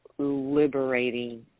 liberating